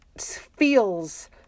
feels